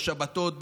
בשבתות,